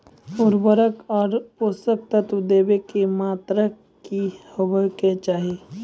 उर्वरक आर पोसक तत्व देवाक मात्राकी हेवाक चाही?